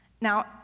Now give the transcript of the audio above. Now